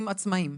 שהם הורים עצמאים.